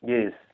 Yes